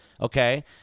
okay